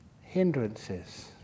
hindrances